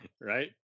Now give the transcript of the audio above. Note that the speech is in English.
right